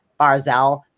Barzell